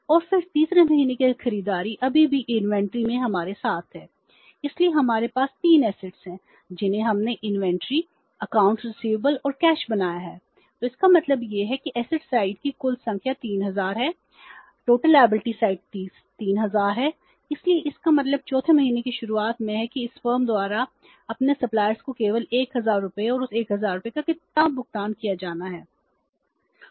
और फिर तीसरे महीने की खरीदारी अभी भी इन्वेंट्री में हमारे साथ है इसलिए हमारे पास 3 एसेट्स हैं जिन्हें हमने इन्वेंट्री को केवल 1000 रुपये और उस 1000 रुपये का कितना भुगतान किया जाना है